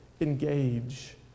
engage